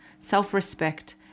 self-respect